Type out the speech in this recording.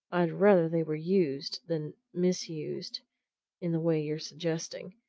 i'd rather they were used than misused in the way you're suggesting!